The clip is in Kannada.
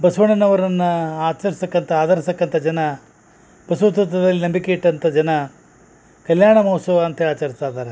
ಬಸ್ವಣ್ಣನವ್ರನ್ನ ಆಚರ್ಸ್ತಕ್ಕಂಥ ಆದರ್ಸ್ತಕ್ಕಂಥ ಜನ ಬಸವ ತತ್ವದಲ್ಲಿ ನಂಬಿಕೆ ಇಟ್ಟಂಥ ಜನ ಕಲ್ಯಾಣ ಮಹೋತ್ಸವ ಅಂತ ಆಚರಿಸ್ತಾ ಇದ್ದಾರೆ